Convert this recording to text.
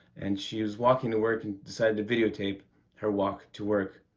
and she was walking to work and decided to videotape her walk to work.